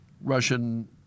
Russian